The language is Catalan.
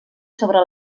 sobre